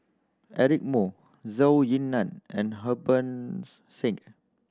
Eric Moo Zhou Ying Nan and Harbans Singh